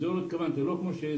תודה.